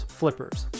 flippers